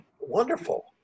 wonderful